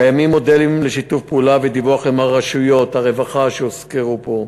קיימים מודלים לשיתוף פעולה ודיווח עם רשויות הרווחה שהוזכרו פה,